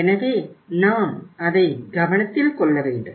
எனவே நாம் அதை கவனத்தில் கொள்ள வேண்டும்